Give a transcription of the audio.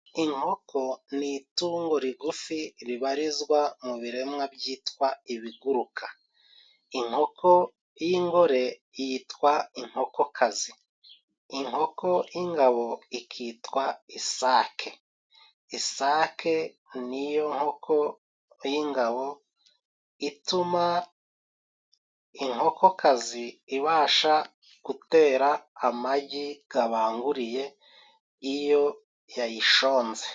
Inkoko ni itungo rigufi ribarizwa mu biremwa byitwa ibiguruka， inkoko y'ingore yitwa inkokokazi，inkoko y'ingabo ikitwa isake， isake ni yo nkoko y'ingabo ituma inkokokazi ibasha gutera amagi， gabanguriye iyo yayishonze.